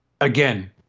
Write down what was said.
Again